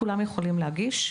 כולם יכולים להגיש,